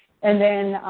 and then,